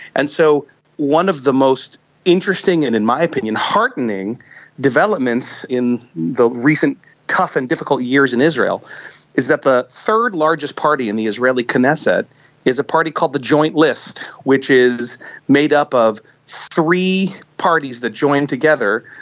and so one of the most interesting and in my opinion heartening developments in the recent tough and difficult years in israel is that the third largest party in the israeli knesset is a party called the joint list, which is made up of three parties that joined together,